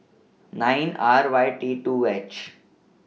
nine Rd Y T two H